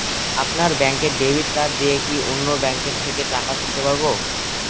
আপনার ব্যাংকের debit card দিয়ে কি অন্য ব্যাংকের থেকে টাকা তুলতে পারবো?